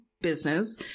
business